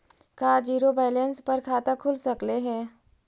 का zero balance पर खाता खुल सकले हे?